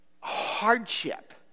hardship